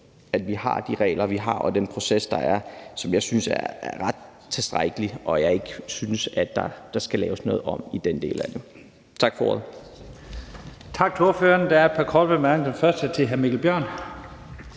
fast i. Men jeg synes, at den proces og de regler, vi har, er ret tilstrækkelig, og jeg synes ikke, at der skal laves noget om i den del af det. Tak for ordet.